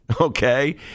okay